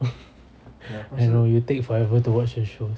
I know you take forever to watch a show